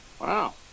Wow